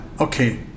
Okay